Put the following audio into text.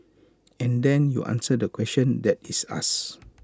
and then you answer the question that is asked